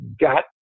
got